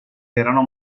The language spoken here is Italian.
erano